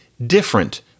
Different